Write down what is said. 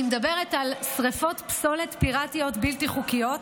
אני מדברת על שרפות פסולת פיראטיות בלתי חוקיות,